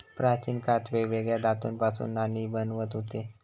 प्राचीन काळात वेगवेगळ्या धातूंपासना नाणी बनवत हुते